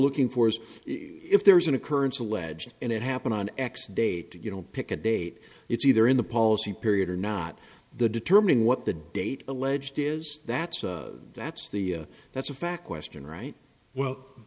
looking for is if there is an occurrence alleged and it happened on x date you know pick a date it's either in the policy period or not the determine what the date alleged is that's that's the that's a fact question right well